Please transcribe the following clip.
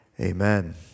Amen